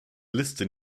liste